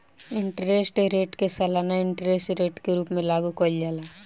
interest rate के सालाना interest rate के रूप में लागू कईल जाला